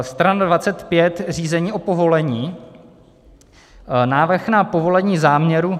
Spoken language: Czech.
Strana 25 řízení o povolení, návrh na povolení záměru.